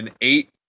eight